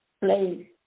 place